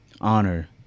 honor